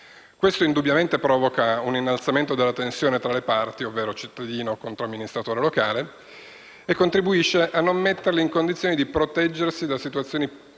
questo indubbiamente provoca un innalzamento della tensione tra le parti (ovvero cittadino e amministratore locale) e contribuisce a non metterli in condizione di proteggersi da situazioni